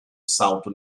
salto